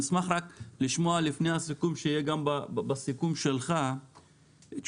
רק אשמח לפני הסיכום לשמוע שיהיה גם בסיכום שלך --- תשמע,